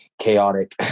chaotic